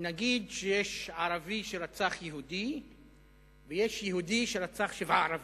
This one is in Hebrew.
נגיד שיש ערבי שרצח יהודי ויש יהודי שרצח שבעה ערבים,